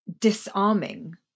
disarming